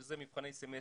שזה מבחני סמסטר,